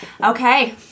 okay